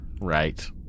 right